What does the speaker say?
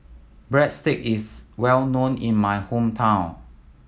breadsticks is well known in my hometown